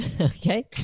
Okay